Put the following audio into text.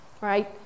right